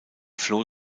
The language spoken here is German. floh